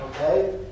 okay